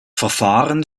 verfahren